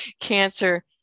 cancer